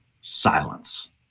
Silence